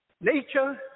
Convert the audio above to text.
nature